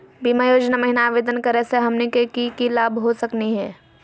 बीमा योजना महिना आवेदन करै स हमनी के की की लाभ हो सकनी हे?